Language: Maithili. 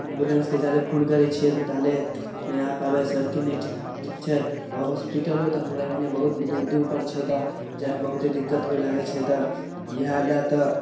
एम्बुलेन्सके जाले फोन करैत छियै तऽ ताले नहि आ पाबे हइ सड़के नहि ठीक छै आ होस्पिटलो तऽ हमरा एन्ने बहुत दूर दूर पर छै तऽ जाइमे बहुत्ते दिक्कत होइ लागैत छै तऽ इहए लए तऽ